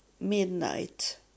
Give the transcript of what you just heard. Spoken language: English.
midnight